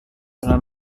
telah